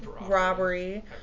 robbery